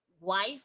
wife